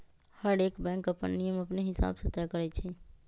हरएक बैंक अप्पन नियम अपने हिसाब से तय करई छई